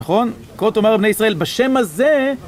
נכון? כה תאמר לבני ישראל, בשם הזה...